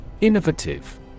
Innovative